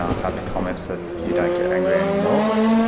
ah had the comments that you don't get angry anymore,